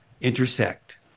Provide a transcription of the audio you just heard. intersect